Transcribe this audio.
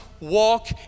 walk